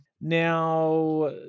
Now